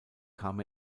kam